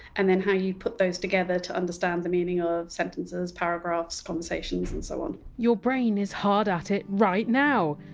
and then how you put those together to understand the meaning of sentences, paragraphs, conversations and so on your brain is hard at it, right now!